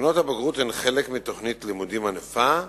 בחינות הבגרות הן חלק מתוכנית לימודים ענפה,